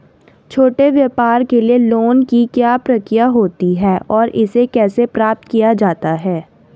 छोटे व्यापार के लिए लोंन की क्या प्रक्रिया होती है और इसे कैसे प्राप्त किया जाता है?